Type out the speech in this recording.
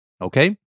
okay